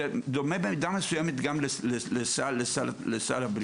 זה דומה במידה מסוימת גם לסל הבריאות.